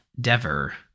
Dever